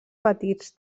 petits